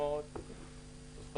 אני מדבר